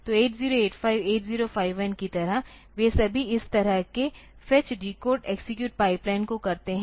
तो 8085 8051 की तरह वे सभी इस तरह के फेच डिकोड एक्ज़ीक्यूट पाइपलाइन को करते हैं